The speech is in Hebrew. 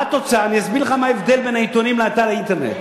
אסביר לך מה ההבדל בין העיתונים לאתר האינטרנט.